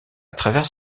travers